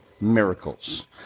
miracles